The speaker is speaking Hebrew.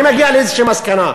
אני מגיע לאיזושהי מסקנה.